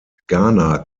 ghana